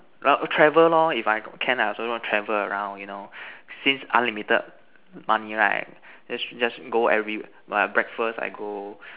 not travel lor if I got can I also want to travel around you know since unlimited money right just just go every !wah! breakfast I go